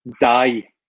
die